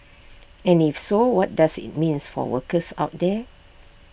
and if so what does IT means for workers out there